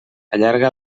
allarga